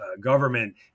government